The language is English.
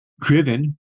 driven